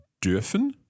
dürfen